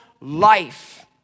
life